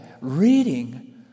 reading